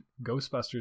Ghostbusters